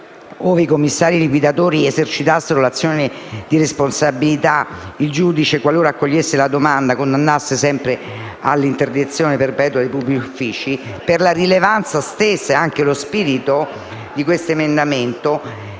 ove i commissari liquidatori esercitassero l'azione di responsabilità, il giudice, qualora accogliesse la domanda, condannasse sempre all'interdizione perpetua dai pubblici uffici. Per la rilevanza e per lo spirito di questo emendamento,